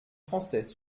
français